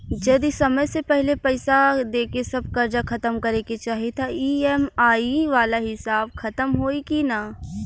जदी समय से पहिले पईसा देके सब कर्जा खतम करे के चाही त ई.एम.आई वाला हिसाब खतम होइकी ना?